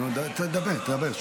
תדבר, תדבר.